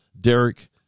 Derek